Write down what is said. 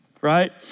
Right